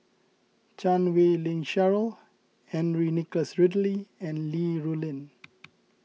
Chan Wei Ling Cheryl Henry Nicholas Ridley and Li Rulin